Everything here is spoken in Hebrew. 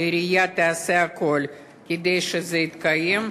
שהעירייה תעשה הכול כדי שזה יתקיים,